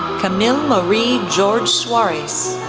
camille marie george suarez,